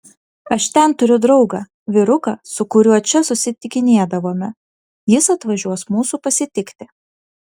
aš ten turiu draugą vyruką su kuriuo čia susitikinėdavome jis atvažiuos mūsų pasitikti